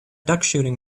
duckshooting